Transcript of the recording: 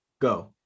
go